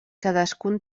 cadascun